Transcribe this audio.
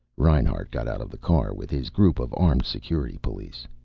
reinhart got out of the car, with his group of armed security police.